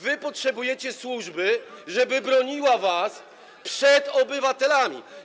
Wy potrzebujecie służby, żeby broniła was przed obywatelami.